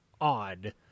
odd